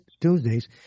Tuesdays